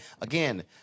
Again